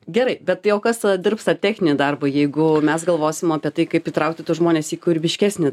gerai bet o tai kas dirbs tą techninį darbą jeigu mes galvosim apie tai kaip įtraukti tuos žmones į kūrybiškesnį